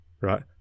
Right